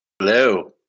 hello